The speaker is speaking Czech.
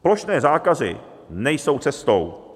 Plošné zákazy nejsou cestou.